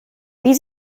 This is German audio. wie